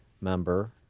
member